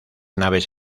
naves